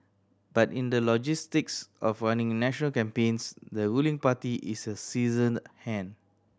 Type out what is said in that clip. but in the logistics of running national campaigns the ruling party is a seasoned hand